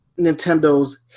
Nintendo's